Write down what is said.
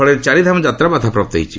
ଫଳରେ ଚାରିଧାମ ଯାତ୍ରା ବାଧାପ୍ରାପ୍ତ ହୋଇଛି